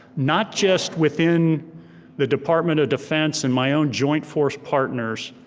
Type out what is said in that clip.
not just within the department of defense and my own joint force partners,